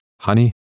honey